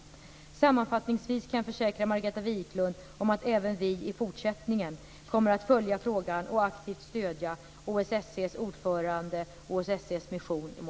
Sammanfattningsvis kan jag försäkra Margareta Viklund om att vi även i fortsättningen kommer att följa frågan och aktivt stödja OSSE:s ordförande och